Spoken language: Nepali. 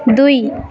दुई